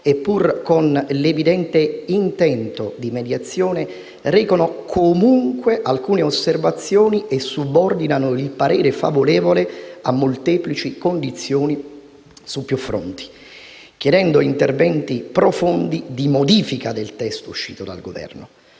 e pur con l'evidente intento di mediazione, recano comunque alcune osservazioni e subordinano il parere favorevole a molteplici condizioni su più fronti, chiedendo interventi profondi di modifica del testo varato dal Governo.